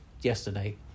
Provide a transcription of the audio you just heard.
yesterday